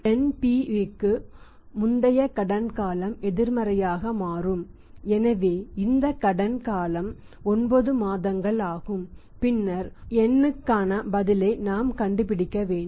NPV க்கு முந்தைய கடன் காலம் எதிர்மறையாக மாறும் எனவே இந்த காலகட்டம் 9 மாதங்கள் ஆகும் பின்னர் N க்கான பதிலை நாம் கண்டுபிடிக்க வேண்டும்